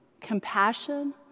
compassion